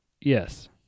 Yes